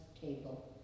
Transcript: table